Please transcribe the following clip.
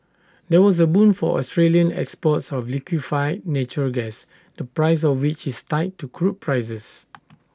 that was A boon for Australian exports of liquefied natural gas the price of which is tied to crude prices